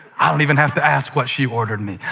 i don't even have to ask what she ordered me.